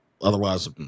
Otherwise